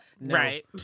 right